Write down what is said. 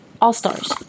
all-stars